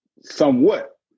somewhat